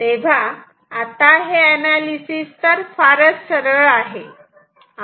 आता हे एनालिसिस फारच सरळ आहे